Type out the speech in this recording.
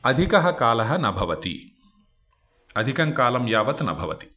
अधिकः कालः न भवति अधिकं कालं यावत् न भवति